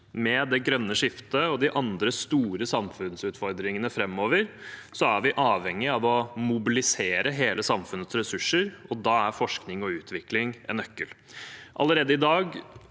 med det grønne skiftet og de andre store samfunnsutfordringene framover, er vi avhengige av å mobilisere hele samfunnets ressurser, og da er forskning og utvikling en nøkkel.